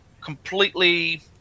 completely